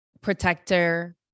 protector